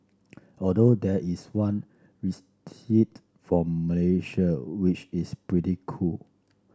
although there is one from Malaysia which is pretty cool